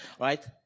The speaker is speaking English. Right